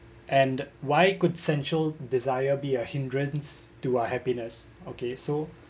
and why could central desire be a hindrance to a happiness okay so